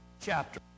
chapter